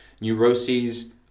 neuroses